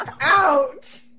out